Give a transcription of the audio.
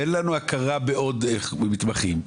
תן לנו הכרה בעוד מתמחים.